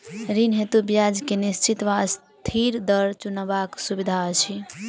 ऋण हेतु ब्याज केँ निश्चित वा अस्थिर दर चुनबाक सुविधा अछि